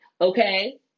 okay